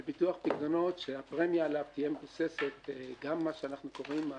ביטוח פיקדונות שהפרמיה עליו תהיה מבוססת על מה שאנחנו קוראים לו